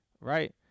right